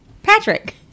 Patrick